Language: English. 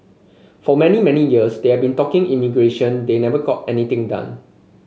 for many many years they had been talking immigration they never got anything done